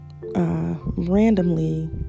randomly